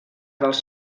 dels